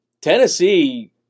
Tennessee